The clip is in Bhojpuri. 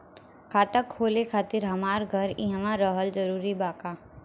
खाता खोले खातिर हमार घर इहवा रहल जरूरी बा का?